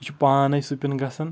یہِ چھ پانے سُپِن گژھان